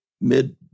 mid